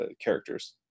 characters